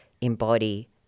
embody